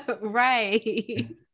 Right